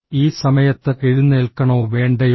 ഈ സമയത്ത് എഴുന്നേൽക്കണോ വേണ്ടയോ